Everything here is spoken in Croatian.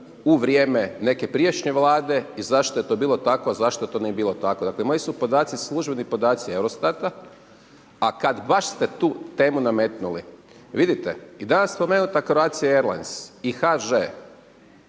u vrijeme neke prijašnje Vlade i zašto to j to bilo tako, zašto to nije bilo tako. Dakle moji su podaci službeni podaci EUROSTAT-a a kad baš ste tu temu nametnuli, vidite, i danas je spomenuta Croatia Airlines i HŽ.